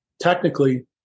technically